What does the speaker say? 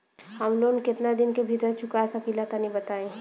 हम लोन केतना दिन के भीतर चुका सकिला तनि बताईं?